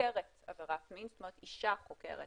חוקרת עבירות מין, זאת אומרת אישה חוקרת